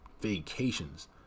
vacations